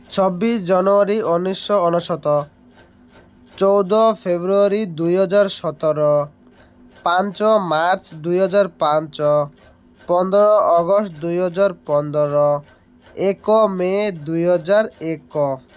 ଛବିଶ ଜାନୁଆରୀ ଉଣେଇଶ ଅନେଶତ ଚଉଦ ଫେବୃଆରୀ ଦୁଇ ହଜାର ସତର ପାଞ୍ଚ ମାର୍ଚ୍ଚ୍ ଦୁଇ ହଜାର ପାଞ୍ଚ ପନ୍ଦର ଅଗଷ୍ଟ ଦୁଇ ହଜାର ପନ୍ଦର ଏକ ମେ' ଦୁଇ ହଜାର ଏକ